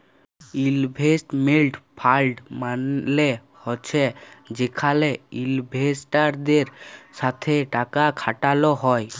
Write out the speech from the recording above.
investment fund মালে হছে যেখালে ইলভেস্টারদের সাথে টাকা খাটাল হ্যয়